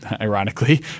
ironically